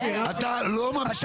לא, אתה לא ממשיך לדבר.